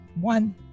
one